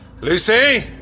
Lucy